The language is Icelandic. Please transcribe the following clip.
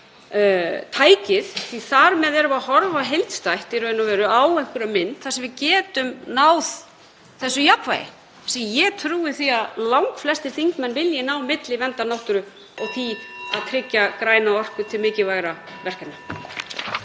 tækið því að þar með erum við í raun að horfa heildstætt á einhverja mynd þar sem við getum náð þessu jafnvægi, sem ég trúi að langflestir þingmenn vilji ná, milli verndar náttúru og því að tryggja græna orku til mikilvægra verkefna.